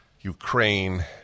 Ukraine